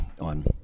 on